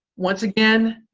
once again,